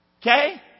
Okay